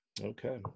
Okay